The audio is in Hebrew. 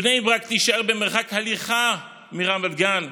בני ברק תישאר במרחק הליכה מרמת גן,